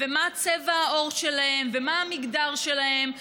מה צבע העור שלהם ומה המגדר שלהם.